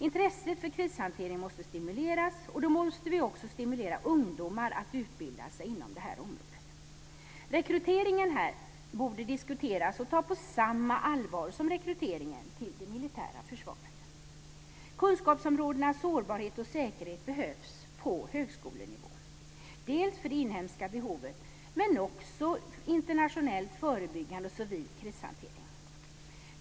Intresset för krishantering måste stimuleras, och då måste vi också stimulera ungdomar att utbilda sig inom detta område. Rekryteringen här borde diskuteras och tas på samma allvar som rekryteringen till det militära försvaret. Kunskapsområdena sårbarhet och säkerhet behövs på högskolenivå, dels för det inhemska behovet, dels för internationell förebyggande och civil krishantering.